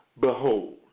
Behold